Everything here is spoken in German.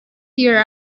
ihrer